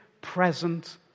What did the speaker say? present